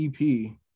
EP